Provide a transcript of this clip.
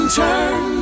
turn